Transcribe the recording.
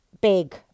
big